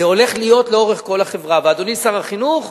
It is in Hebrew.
זה הולך להיות לאורך כל החברה, ואדוני שר החינוך,